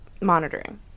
monitoring